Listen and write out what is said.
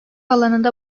alanında